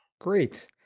Great